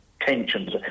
tensions